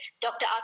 Dr